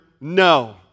no